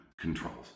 controls